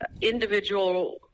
individual